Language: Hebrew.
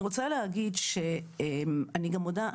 אני רוצה להגיד שאני גם מודה,